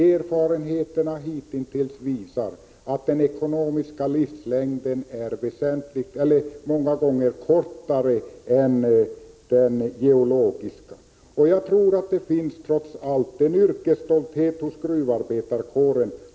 Erfarenheterna hitintills visar att den ekonomiska livslängden är många gånger kortare än den geologiska. Jag tror att det trots allt finns en yrkesstolthet hos gruvarbetarkåren.